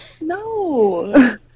No